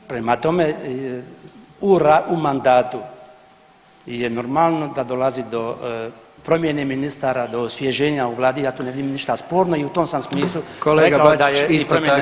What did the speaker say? Prema tome u mandatu je normalno da dolazi do promjene ministara, do osvježenja u vladi ja tu ne vidim ništa sporno i u tom sam smislu rekao da je